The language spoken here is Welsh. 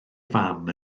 fam